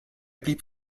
blieb